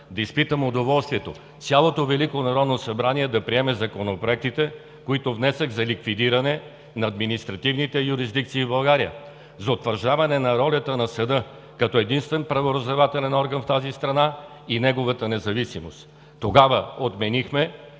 да изпитам удоволствието цялото Велико народно събрание да приеме законопроектите, които внесох за ликвидиране на административните юрисдикции в България, за утвърждаване на ролята на съда като единствен правораздавателен орган в тази страна и неговата независимост. Тогава отменихме